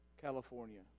California